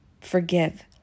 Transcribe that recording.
forgive